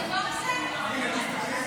התשפ"ד,2024,